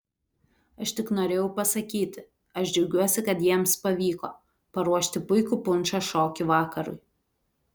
aš tik norėjau pasakyti aš džiaugiuosi kad jiems pavyko paruošti puikų punšą šokių vakarui